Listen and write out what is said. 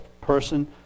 person